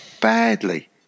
badly